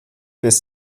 bis